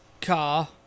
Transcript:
car